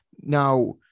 Now